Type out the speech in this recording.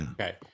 Okay